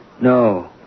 No